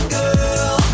girl